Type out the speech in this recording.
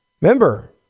Remember